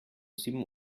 sieben